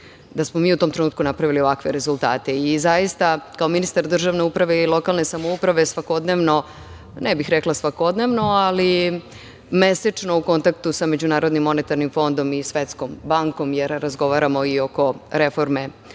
da smo mi u tom trenutku napravili ovakve rezultate. Zaista, kao ministar državne uprave i lokalne samouprave, svakodnevno, ne bih rekla svakodnevno, ali mesečno u kontaktu sa MMF-om i Svetskom bankom, jer razgovaramo i oko reforme